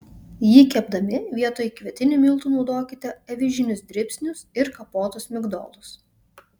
jį kepdami vietoj kvietinių miltų naudokite avižinius dribsnius ir kapotus migdolus